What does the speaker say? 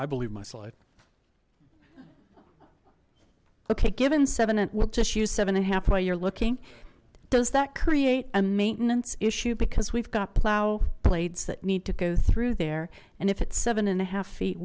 i believe my slide okay given seven we'll just use seven and a half while you're looking does that create a maintenance issue because we've got plow blades that need to go through there and if it's seven and a half feet